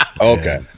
Okay